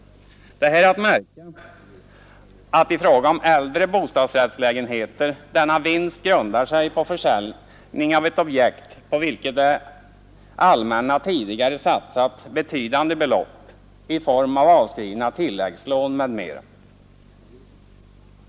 Det är här att märka att i fråga om äldre bostadsrättslägenheter denna vinst grundar sig på försäljning av ett objekt på vilket det allmänna tidigare satsat betydande belopp i form av avskrivna tilläggslån m.m.